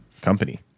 company